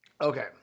Okay